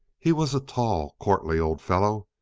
he was a tall, courtly old fellow.